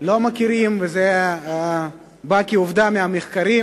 לא מכירים, וזה הוכח כעובדה במחקרים